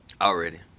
Already